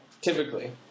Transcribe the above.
typically